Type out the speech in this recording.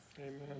Amen